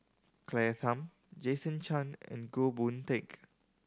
Claire Tham Jason Chan and Goh Boon Teck